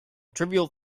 trivial